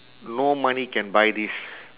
no money can buy this